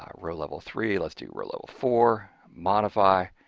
um rowlevel three, let's do rowlevel four, modify,